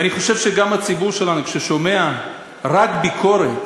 ואני חושב שגם הציבור שלנו, ששומע רק ביקורת,